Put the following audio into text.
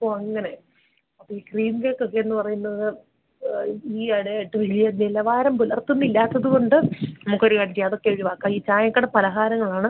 ഓ അങ്ങനെ ഈ ക്രീം കേക്കൊക്കേന്ന് പറയുന്നത് ആരും ഈയിടെ ആയിട്ട് വലിയ നിലവാരം പുലർത്തുന്നില്ലാത്തത് കൊണ്ട് നമുക്ക് ഒരു കാര്യം ചെയ്യാം അതൊക്കെ ഒഴിവാക്കാൻ ഈ ചായക്കട പലഹാരങ്ങളാണ്